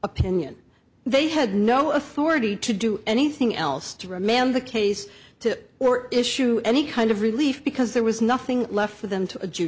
opinion they had no authority to do anything else to remand the case to or issue any kind of relief because there was nothing left for them to a